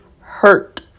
hurt